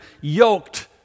yoked